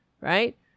right